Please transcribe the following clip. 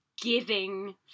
giving